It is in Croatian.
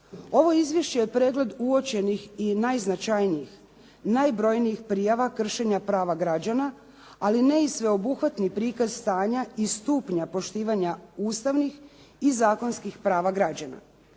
Ovo izvješće je pregled uočenih i najznačajnijih, najbrojnijih prijava kršenja prava građana, ali ne i sveobuhvatni prikaz stanja i stupnja poštivanja ustavnih i zakonskih prava građana.